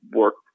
work